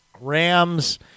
Rams